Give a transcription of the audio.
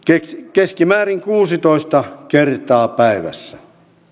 keskimäärin kuusitoista kertaa päivässä